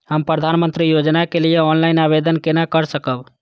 हम प्रधानमंत्री योजना के लिए ऑनलाइन आवेदन केना कर सकब?